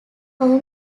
how